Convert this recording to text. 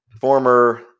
former